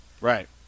right